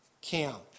camp